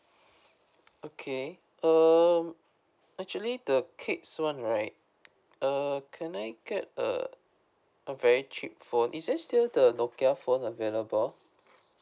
okay um actually the kids' one right uh can I get a a very cheap phone is there still the nokia phone available